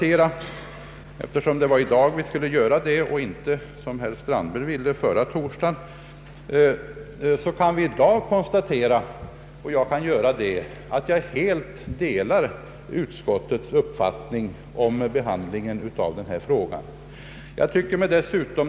Eftersom det var i dag vi skulle diskutera detta och inte, som herr Strandberg ville, förra torsdagen, kan jag dess bättre konstatera att jag helt delar utskottets uppfattning om behandlingen av denna fråga.